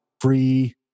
free